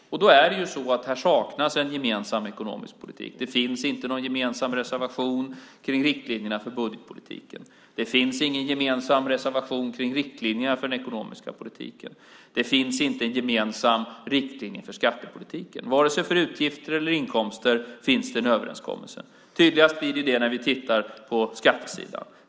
Här saknas en gemensam ekonomisk politik. Det finns inte någon gemensam reservation om riktlinjerna för budgetpolitiken. Det finns ingen gemensam reservation om riktlinjerna för den ekonomiska politiken. Det finns inte en gemensam riktlinje för skattepolitiken. Det finns ingen överenskommelse vare sig för utgifter eller för inkomster. Tydligast är det på skattesidan.